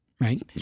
Right